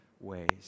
ways